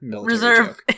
Reserve